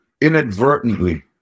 inadvertently